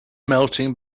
melting